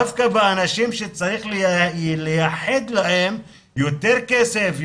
דווקא באנשים שצריך לייחד להם יותר כסף,